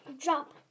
Drop